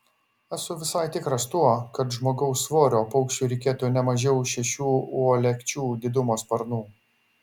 esu visai tikras tuo kad žmogaus svorio paukščiui reikėtų ne mažiau šešių uolekčių didumo sparnų